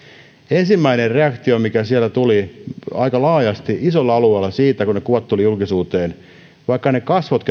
ensimmäinen reaktio mikä sieltä tuli aika laajasti isolla alueella kun ne kuvat tulivat julkisuuteen oli se että vaikka oli peitetty ne kasvot